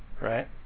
right